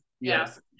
Yes